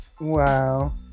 Wow